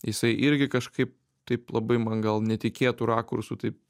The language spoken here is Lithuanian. jisai irgi kažkaip taip labai man gal netikėtu rakursu taip